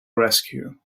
rescue